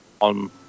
on